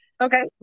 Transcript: Okay